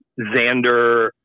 Xander